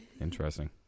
Interesting